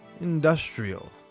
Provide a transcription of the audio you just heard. industrial